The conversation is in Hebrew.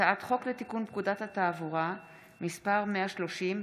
הצעת חוק לתיקון פקודת התעבורה (מס' 130),